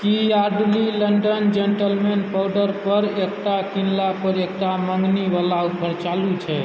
की Yardley London gentleman powder पर एकटा किनलापर एकटा मङ्गनीवला ऑफर चालू छै